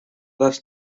this